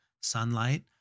sunlight